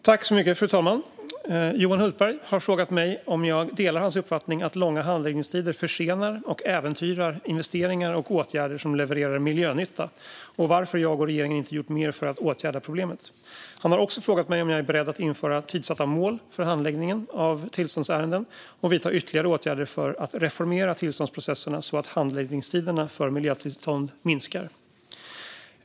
Fru talman! Johan Hultberg har frågat mig om jag delar hans uppfattning att långa handläggningstider försenar och äventyrar investeringar och åtgärder som levererar miljönytta och varför jag och regeringen inte gjort mer för att åtgärda problemet. Han har också frågat mig om jag är beredd att införa tidssatta mål för handläggningen av tillståndsärenden och vidta ytterligare åtgärder för att reformera tillståndsprocesserna så att handläggningstiderna för miljötillstånd minskar.